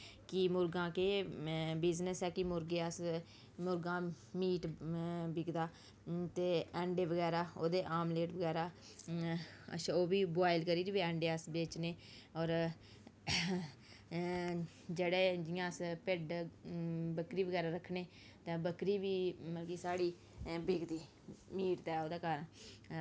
कि मुर्गां केह् बिजनेस ऐ कि मुर्गे अस मुर्गां मीट बिकदा ते अंडे बगैरा ओह्दे आमलेट बगैरा अच्छा ओह् बी बोआयल करी र बी अंडे अस बेचने होर जेह्ड़े जियां अस भिड्ड बक्करी बगैरा रक्खने तां बक्करी बी मतलब कि साढ़ी बिकदी मीट दे ओह्दे कारण